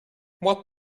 what